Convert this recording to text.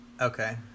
Okay